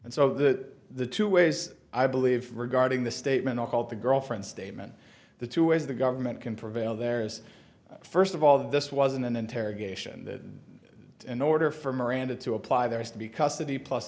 and so that the two ways i believe regarding the statement are called the girlfriend statement the two ways the government can prevail there is first of all this wasn't an interrogation the in order for miranda to apply there has to be custody plus